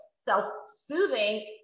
self-soothing